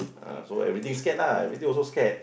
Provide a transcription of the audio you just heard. uh so everything scared lah everything also scared